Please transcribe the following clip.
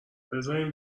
بذارین